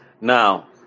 Now